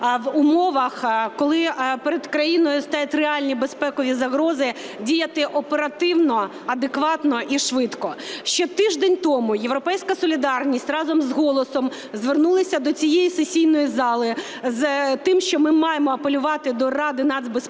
в умовах, коли перед країною стоять реальні безпекові загрози, діяти оперативно, адекватно і швидко. Ще тиждень тому "Європейська солідарність" разом з "Голосом" звернулися до цієї сесійної зали з тим, що ми маємо апелювати до Ради нацбезпеки